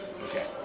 Okay